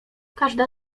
każda